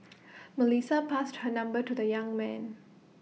Melissa passed her number to the young man